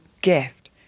gift